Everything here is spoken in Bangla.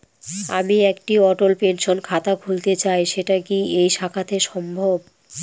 আমি একটি অটল পেনশন খাতা খুলতে চাই সেটা কি এই শাখাতে সম্ভব?